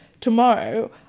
Tomorrow